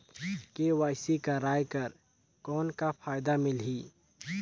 KYC कराय कर कौन का फायदा मिलही?